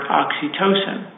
oxytocin